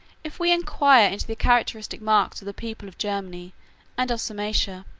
if we inquire into the characteristic marks of the people of germany and of sarmatia,